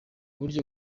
buryo